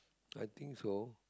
I think so